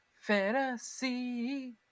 fantasy